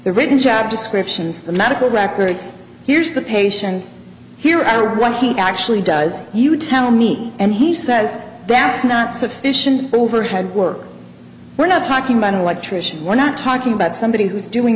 the written job descriptions the medical records here's the patient here are one he actually does you tell me and he says that's not sufficient overhead work we're not talking about an electrician we're not talking about somebody who's doing